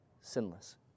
Sinless